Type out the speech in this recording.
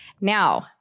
Now